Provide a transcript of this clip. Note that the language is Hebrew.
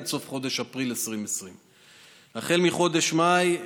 עד סוף חודש אפריל 2020. החל מחודש מאי,